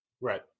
Right